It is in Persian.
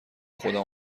خودم